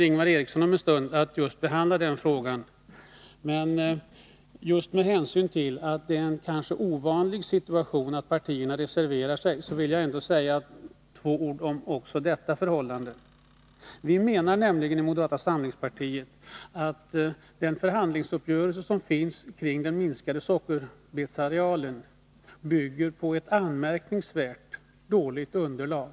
Ingvar Eriksson kommer om en stund att behandla den frågan, men med hänsyn till att det är ovanligt att partierna reserverar sig vill också jag säga några ord om detta förhållande. Vi menar i moderata samlingspartiet att den förhandlingsuppgörelse som träffats om minskning av sockerbetsarealen bygger på ett anmärkningsvärt dåligt underlag.